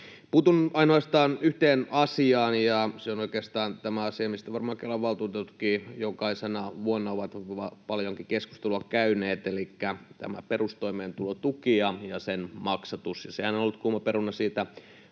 Puutun ainoastaan yhteen asiaan, ja se on oikeastaan asia, mistä varmaan Kelan valtuutetutkin jokaisena vuonna ovat paljonkin keskustelua käyneet, elikkä perustoimeentulotuki ja sen maksatus. Sehän on ollut kuuma peruna siitä